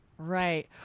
Right